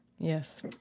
Yes